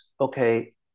okay